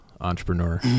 entrepreneur